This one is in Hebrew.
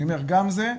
אני אומר גם זה,